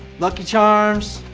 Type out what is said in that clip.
lucky charms